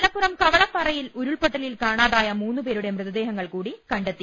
മലപ്പുറം കവളപ്പാറയിൽ ഉരുൾപ്പൊട്ടലിൽ കാണാതായ മൂന്ന് പേരുടെ മൃതദേഹങ്ങൾ കൂടി കണ്ടെത്തി